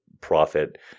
profit